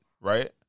right